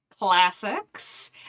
classics